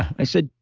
i said,